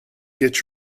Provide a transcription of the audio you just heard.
get